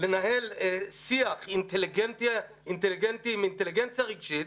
לנהל שיח עם אינטליגנציה רגשית,